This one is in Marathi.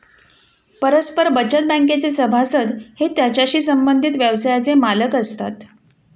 परस्पर बचत बँकेचे सभासद हे त्याच्याशी संबंधित व्यवसायाचे मालक असतात